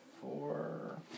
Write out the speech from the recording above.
four